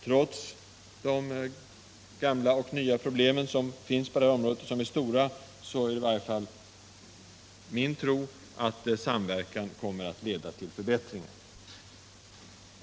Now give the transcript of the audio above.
Trots de stora, gamla och nya, problemen som finns på det här området, är det i varje fall min tro att samverkan kommer att leda till förbättringar.